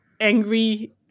angry